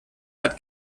hat